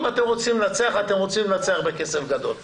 אם אתם רוצים לנצח, אתם רוצים לנצח בכסף גדול.